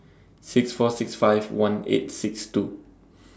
six four six five one eight six two